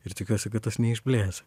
ir tikiuosi kad tas neišblės